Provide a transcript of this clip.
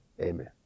Amen